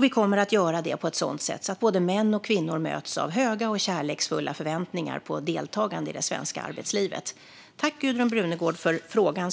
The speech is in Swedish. Vi kommer att göra det på ett sådant sätt att både män och kvinnor möts av höga och kärleksfulla förväntningar på deltagande i det svenska arbetslivet. Tack, Gudrun Brunegård, för interpellationen!